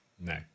no